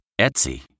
Etsy